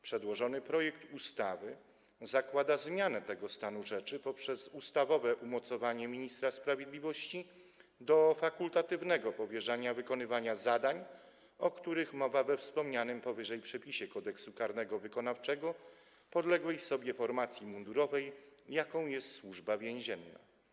Przedłożony projekt ustawy zakłada zmianę tego stanu rzeczy poprzez ustawowe umocowanie ministra sprawiedliwości do fakultatywnego powierzania wykonywania zadań, o których mowa we wspomnianym powyżej przepisie Kodeksu karnego wykonawczego, podległej sobie formacji mundurowej, jaką jest Służba Więzienna.